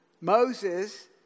Moses